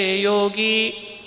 Yogi